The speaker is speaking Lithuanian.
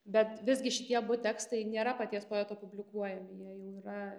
bet visgi šitie abu tekstai nėra paties poeto publikuojami jie jau yra